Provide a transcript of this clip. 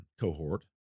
cohort